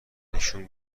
نشون